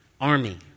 army